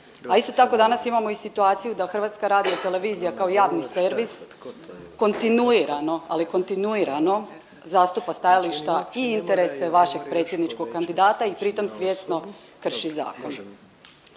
A isto tako danas imamo i situaciju da HRT kao javni servis kontinuirano, ali kontinuirano zastupa stajališta i interese vašeg predsjedničkog kandidata i time svjesno krši zakon.